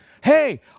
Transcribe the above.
Hey